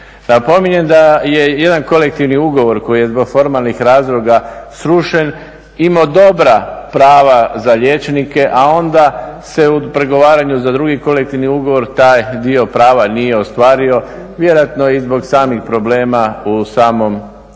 Napominjem da je jedan kolektivni ugovor koji je zbog formalnih razloga srušen imao dobra prava za liječnike, a onda se u pregovaranju za drugi kolektivni ugovor taj dio prava nije ostvario, vjerojatno i zbog samih problema u samom